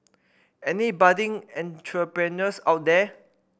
any budding entrepreneurs out there